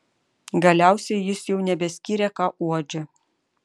galiausiai jis jau nebeskyrė ką uodžia